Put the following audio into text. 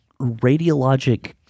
radiologic